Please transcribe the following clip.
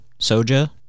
soja